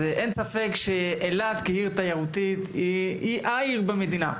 אילת היא העיר התיירותית ביותר במדינה,